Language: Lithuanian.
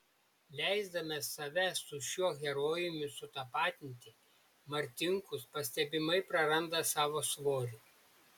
leisdamas save su šiuo herojumi sutapatinti martinkus pastebimai praranda savo svorį